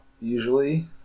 usually